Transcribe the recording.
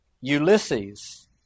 Ulysses